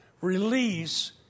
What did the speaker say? Release